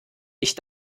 ich